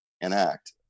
enact